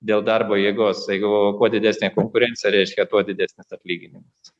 dėl darbo jėgos jeigu kuo didesnė konkurencija reiškia tuo didesnis atlyginimas